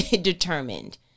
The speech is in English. determined